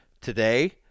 today